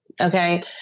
okay